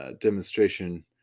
demonstration